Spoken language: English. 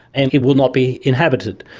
and it will not be inhabited,